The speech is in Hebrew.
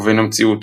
ובין המציאות.